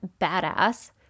badass